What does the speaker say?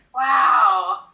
Wow